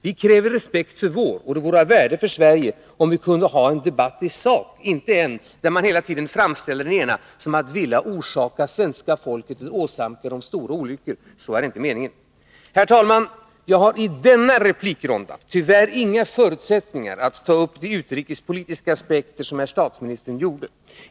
Vi kräver respekt för vår politik, och det vore av värde för Sverige om vi kunde föra en debatt i sak och inte en debatt där den ena parten hela tiden framställs som att vilja åsamka svenska folket stora olyckor — så är inte meningen. Herr talman! Jag har i denna replikrunda tyvärr inga förutsättningar att ta upp de utrikespolitiska aspekter som statsministern berörde.